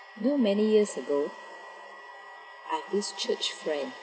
not many years ago I've this church friend